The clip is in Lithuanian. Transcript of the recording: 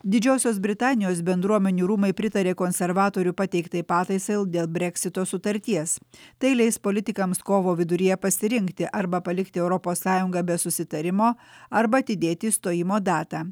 didžiosios britanijos bendruomenių rūmai pritarė konservatorių pateiktai pataisai dėl breksito sutarties tai leis politikams kovo viduryje pasirinkti arba palikti europos sąjungą be susitarimo arba atidėti įstojimo datą